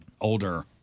older